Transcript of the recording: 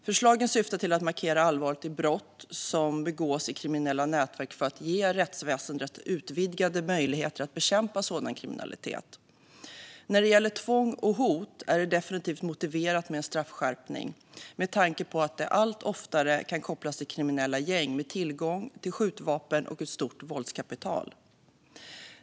Förslagen syftar till att markera allvaret i brott som begås i kriminella nätverk för att ge rättsväsendet utvidgade möjligheter att bekämpa sådan kriminalitet. När det gäller tvång och hot är det definitivt motiverat med en straffskärpning med tanke på att detta allt oftare kan kopplas till kriminella gäng med tillgång till skjutvapen och ett stort våldskapital.